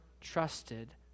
trusted